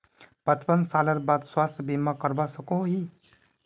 पचपन सालेर बाद स्वास्थ्य बीमा करवा सकोहो ही?